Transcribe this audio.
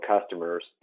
customers